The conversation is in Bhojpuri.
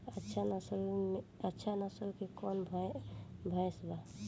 अच्छा नस्ल के कौन भैंस बा?